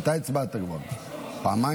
אתה הצבעת כבר פעמיים?